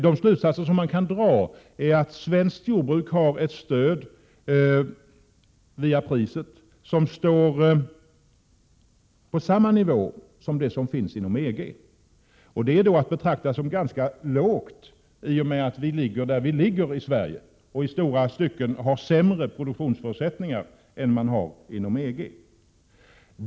De slutsatser som man kan dra är att svenskt jordbruk har ett stöd via priset som ligger på samma nivå som det som finns inom EG, och det är att betrakta som ganska lågt, i och med att vi ligger där vi ligger i Sverige och i stora stycken har sämre produktionsförutsättningar än man har inom EG.